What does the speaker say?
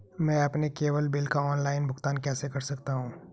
मैं अपने cable bill का ऑनलाइन भुगतान कैसे कर सकता हूं?